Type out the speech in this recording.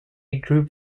group